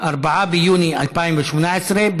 4 ביולי 2018,